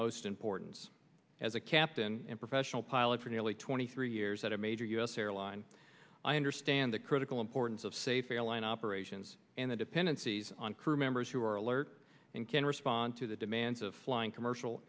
utmost importance as a captain and professional pilot for nearly twenty three years at a major u s airline i understand the critical importance of safe airline operations and the dependencies on crew members who are alert and can respond to the demands of flying commercial